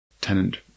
tenant